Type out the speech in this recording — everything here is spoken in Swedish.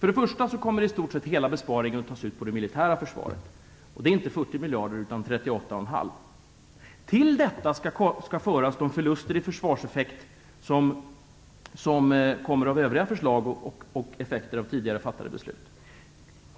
För det första kommer i stort sett hela besparingen att tas ut på det militära försvaret. Det är inte Till detta skall föras de förluster i försvarseffekt som kommer av övriga förslag och av tidigare fattade beslut.